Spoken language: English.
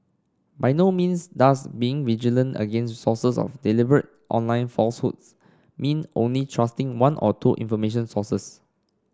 by no means does being vigilant against sources of deliberate online falsehoods mean only trusting one or two information sources